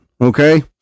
Okay